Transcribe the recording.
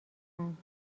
قند